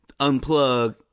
unplug